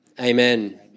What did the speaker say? Amen